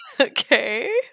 Okay